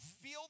feel